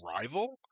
rival